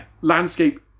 landscape